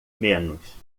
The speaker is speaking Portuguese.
menos